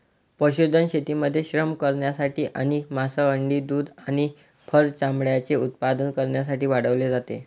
पशुधन शेतीमध्ये श्रम करण्यासाठी आणि मांस, अंडी, दूध आणि फर चामड्याचे उत्पादन करण्यासाठी वाढवले जाते